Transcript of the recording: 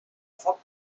foc